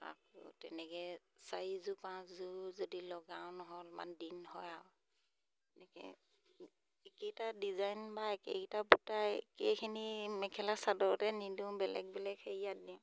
আকৌ তেনেকৈ চাৰিযোৰ পাঁচযোৰ যদি লগাওঁ নহ'ল অলপমান দিন হয় আৰু এইকেইটা ডিজাইন বা একেইকেইটা বুটাই একেইখিনি মেখেলা চাদৰতে নিদিওঁ বেলেগ বেলেগ হেৰিয়াত দিওঁ